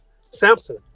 Samson